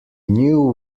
knew